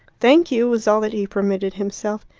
thank you, was all that he permitted himself.